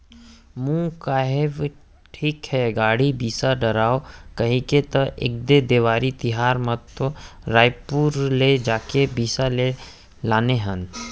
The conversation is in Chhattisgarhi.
महूँ कहेव ठीक हे गाड़ी बिसा डारव कहिके त ऐदे देवारी तिहर म तो रइपुर ले जाके बिसा के लाने हन